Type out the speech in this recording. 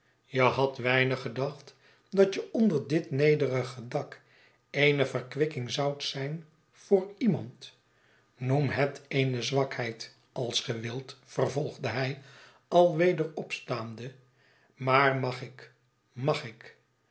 je hadt weinig gedacht dat je onder dit nederige dak eene verkwikking zoudt zijn voor iemand noem het eene zwakheid als ge wilt vervolgde hij alweder opstaande maar mag ik mag ik